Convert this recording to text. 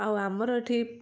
ଆଉ ଆମର ଏଠି